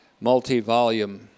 multi-volume